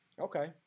Okay